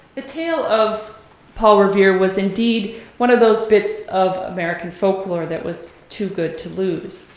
the tale of paul revere was indeed one of those bits of american folklore that was too good to lose,